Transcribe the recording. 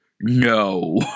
no